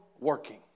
working